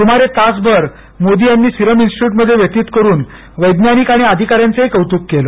सुमारे तासभर मोदी यांनी सिरम इन्स्टिट्यूटमध्ये व्यतीत करून वैज्ञानिक आणि अधिकाऱ्यांचेही कौतुक केलं